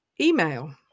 Email